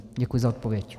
Děkuji za odpověď.